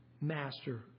master